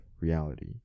reality